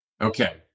Okay